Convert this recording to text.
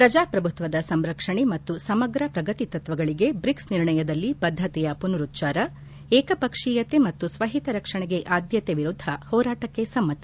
ಶ್ರಜಾಪ್ರಭುತ್ವದ ಸಂರಕ್ಷಣೆ ಮತ್ತು ಸಮಗ್ರ ಪ್ರಗತಿತತ್ವಗಳಿಗೆ ಬ್ರಿಕ್ಸ್ ನಿರ್ಣಯದಲ್ಲಿ ಬದ್ದತೆಯ ಪುನರುಚ್ಚಾರ ಏಕಪಕ್ಷೀಯತೆ ಮತ್ತು ಸ್ವಹಿತ ರಕ್ಷಣೆಗೆ ಆದ್ಯತೆ ವಿರುದ್ದ ಹೋರಾಟಕ್ಕೆ ಸಮ್ನತಿ